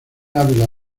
ávila